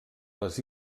les